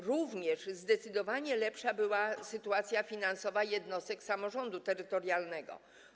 Również zdecydowanie lepsza była sytuacja finansowa jednostek samorządu terytorialnego.